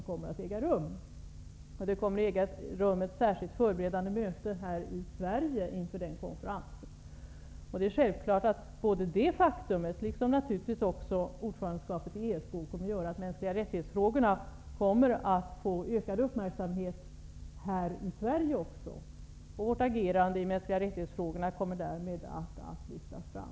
Inför den konferensen kommer ett särskilt förberedande möte att äga rum i Sverige. Detta faktum liksom naturligtvis också ordförandeskapet i ESK kommer att medföra att frågan om de mänskliga rättigheterna kommer att få ökad uppmärksamhet även i Sverige. Vårt agerande i dessa frågor kommer att lyftas fram.